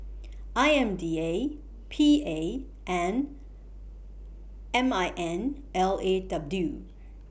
I M D A P A and M I N L A W